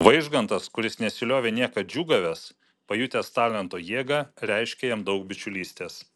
vaižgantas kuris nesiliovė niekad džiūgavęs pajutęs talento jėgą reiškė jam daug bičiulystės